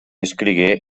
escrigué